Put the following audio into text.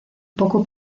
poco